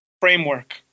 framework